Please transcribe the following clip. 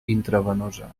intravenosa